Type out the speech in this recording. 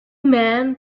men